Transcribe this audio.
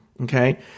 okay